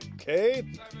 Okay